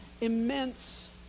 immense